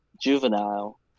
juvenile